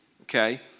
okay